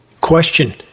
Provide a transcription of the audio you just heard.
Question